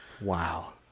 wow